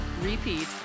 repeat